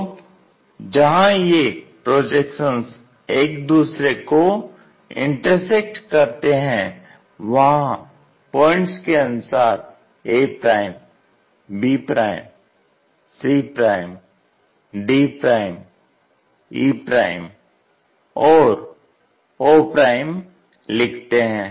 तो जहां ये प्रोजेक्शंस एक दूसरे को इंटरसेक्ट करते हैं वहां पॉइंट्स के अनुसार a b c d e और o लिखते हैं